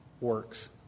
works